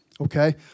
okay